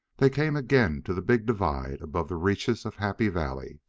they came again to the big divide above the reaches of happy valley.